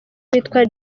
witwa